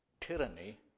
tyranny